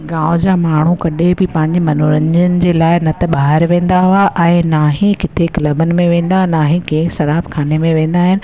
गांव जा माण्हू कॾहिं बि पंहिंजे मनोरंजन जे लाइ न त ॿाहिरि वेंदा हुआ ऐं ना ही किथे क्लबनि में वेंदा आहिनि न कि शराब खाने में वेंदा आहिनि